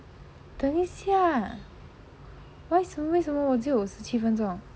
等一下 why 为什么我只有五十七分钟